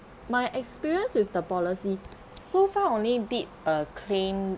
my experience with the policy so far only did a claim